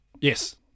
Yes